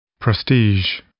Prestige